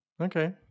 Okay